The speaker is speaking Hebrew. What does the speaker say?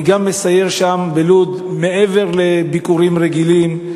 גם אני מסייר שם בלוד מעבר לביקורים רגילים.